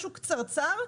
משהו קצרצר,